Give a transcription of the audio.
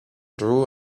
drew